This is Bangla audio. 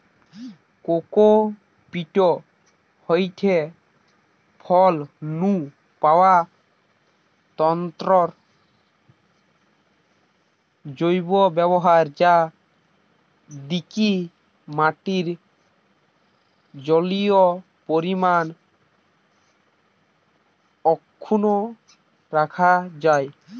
কোকোপীট হয়ঠে ফল নু পাওয়া তন্তুর জৈব ব্যবহার যা দিকি মাটির জলীয় পরিমাণ অক্ষুন্ন রাখা যায়